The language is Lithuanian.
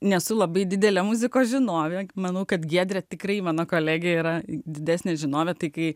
nesu labai didelė muzikos žinovė manau kad giedrė tikrai mano kolegė yra didesnė žinovė tai kai